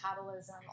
metabolism